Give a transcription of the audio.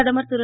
பிரதமர் திரு